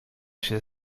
się